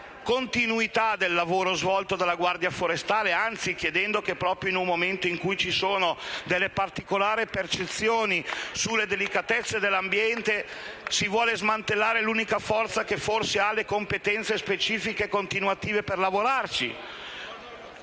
continuità del lavoro svolto dalla Guardia forestale, asserendo che, proprio in un momento in cui ci sono particolari percezioni sulla delicatezza dell'ambiente, si vuole smantellare l'unica forza che probabilmente ha le competenze specifiche continuative per lavorarci.